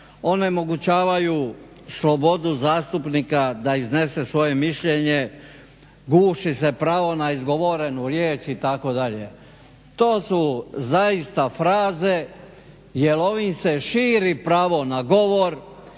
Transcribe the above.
onemogućavaju slobodu zastupnika da iznese svoje mišljenje, guši se pravo na izgovorenu riječ itd. to su zaista fraze jer ovim se širi pravo na govor,